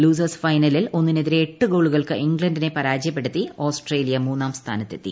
losers ഫൈനലിൽ ഒന്നിനെതിരെ എട്ട് ഗോളുകൾക്ക് ഇംഗ്ലണ്ടിനെ പരാജയപ്പെടുത്തി ഓസ്ട്രേലിയ മൂന്നാം സ്ഥാനത്തെത്തി